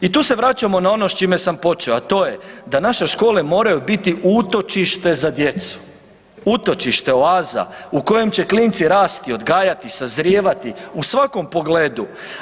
I tu se vraćamo na ono s čime sam počeo, a to je da naše škole moraju biti utočište za djecu, utočište, oaza u kojem će klinci rasti, odgajati, sazrijevati u svakom pogledu.